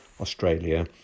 Australia